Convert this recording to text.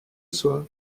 soit